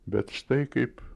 bet štai kaip